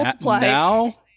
now